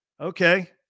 Okay